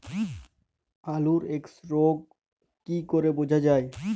আলুর এক্সরোগ কি করে বোঝা যায়?